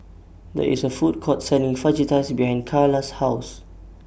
There IS A Food Court Selling Fajitas behind Carla's House